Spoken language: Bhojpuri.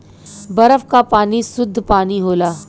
बरफ क पानी सुद्ध पानी होला